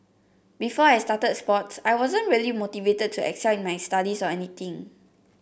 before I started sports I wasn't really motivated to excel in my studies or anything